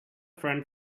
friend